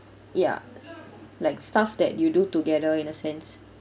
ya like stuff that you do together in a sense